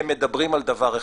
הם מדברים על דבר אחד: